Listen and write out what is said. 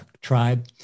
tribe